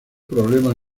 problemas